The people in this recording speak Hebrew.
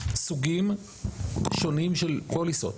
סוגים שונים של פוליסות: